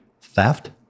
theft